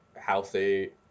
healthy